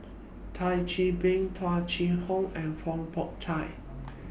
Thio Chan Bee Tung Chye Hong and Fong Pho Chai